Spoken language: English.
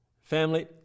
Family